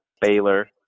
Baylor